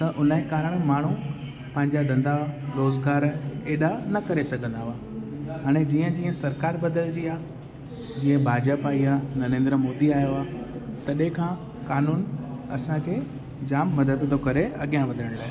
त उन जे कारणु माण्हू पंहिंजा धंधा रोज़गार अहिड़ा न करे सघंदा हुआ हाणे जीअं जीअं सरकार बदिलिजी आहे जीअं भाजपा जी नरेंद्र मोदी आयो आहे तॾहिं खां क़ानून असांखे जामु मदद थो करे अॻियां वधण लाइ